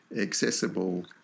accessible